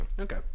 okay